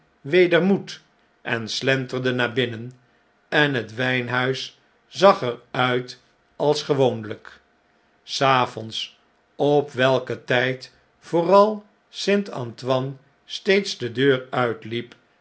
weder moed en slenterde naar binnen en het wjjnhuis zag er uit als gewoonljjk s avonds op welken tn'd vooral st antoine steeds de deur uitliep